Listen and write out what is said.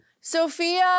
Sophia